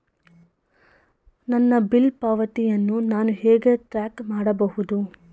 ನನ್ನ ಬಿಲ್ ಪಾವತಿಯನ್ನು ನಾನು ಹೇಗೆ ಟ್ರ್ಯಾಕ್ ಮಾಡಬಹುದು?